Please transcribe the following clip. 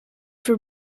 for